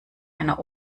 einer